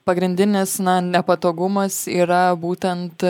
pagrindinis na nepatogumas yra būtent